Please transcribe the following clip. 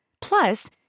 Plus